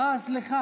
אני יודע שאתה